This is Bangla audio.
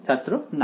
ছাত্র না